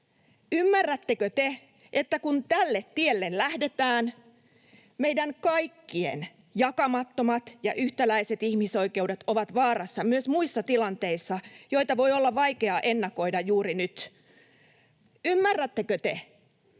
Ymmärrättekö te, että kun tälle tielle lähdetään, meidän kaikkien jakamattomat ja yhtäläiset ihmisoikeudet ovat vaarassa myös muissa tilanteissa, joita voi olla vaikeaa ennakoida juuri nyt? Ymmärrättekö te,